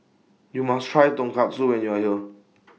YOU must Try Tonkatsu when YOU Are here